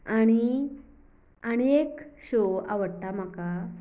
आनी आनी एक शो आवडटा म्हाका